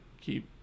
keep